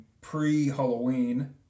pre-Halloween